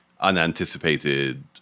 unanticipated